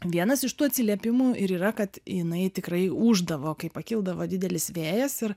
vienas iš tų atsiliepimų ir yra kad jinai tikrai ūždavo kai pakildavo didelis vėjas ir